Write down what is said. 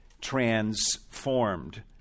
transformed